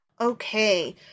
Okay